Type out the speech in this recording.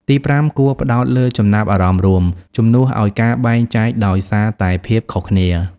ទីប្រាំ គួរផ្តោតលើចំណាប់អារម្មណ៍រួម ជំនួសឲ្យការបែងចែកដោយសារតែភាពខុសគ្នា។